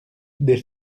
des